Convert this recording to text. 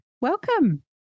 Welcome